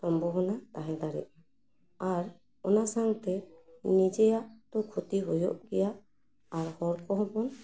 ᱥᱚᱢᱵᱷᱚ ᱵᱚᱱᱟ ᱛᱟᱦᱮᱸ ᱫᱟᱲᱮᱭᱟᱜᱼᱟ ᱟᱨ ᱚᱱᱟ ᱥᱟᱝᱛᱮ ᱱᱤᱡᱮᱭᱟᱜ ᱫᱚ ᱠᱷᱚᱛᱤ ᱦᱩᱭᱩᱜ ᱜᱮᱭᱟ ᱟᱨ ᱦᱚᱲ ᱠᱚᱦᱚᱸ ᱵᱚᱱ ᱠᱷᱩᱛᱤᱜᱼᱟ